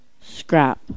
scrap